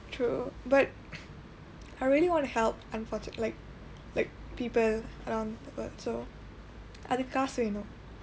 true but I really want to help unfortunate like like people um but so அதுக்கு காசு வேணும்:athukku kaasu veenum